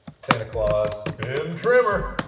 santa claus, bim trimmer,